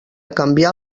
canviar